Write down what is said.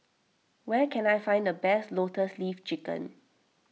where can I find the best Lotus Leaf Chicken